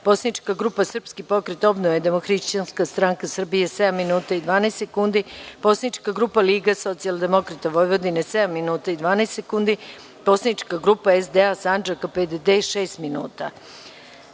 Poslanička grupa Srpski pokret obnove, Demohrišćanska stranka Srbije – 7 minuta i 12 sekundi; Poslanička grupa Liga socijaldemokrata Vojvodine – 7 minuta i 12 sekundi; Poslanička grupa SDA SANDžAKA – PDD – 6